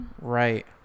Right